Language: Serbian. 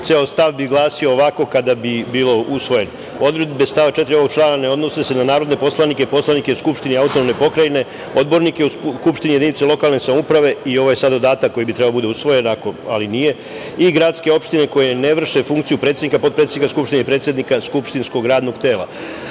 ceo stav bi glasio ovako kada bi bio usvojen - odredbe stava 4. ovog člana ne odnose na narodne poslanike i poslanike Skupštine AP Vojvodine, odbornike u Skupštini jedinica lokalne samouprave, i ovo je sad dodatak koji bi trebao da bude usvojen, ali nije - i gradske opštine koje ne vrše funkciju predsednika, potpredsednika Skupštine i predsednika skupštinskog radnog tela.O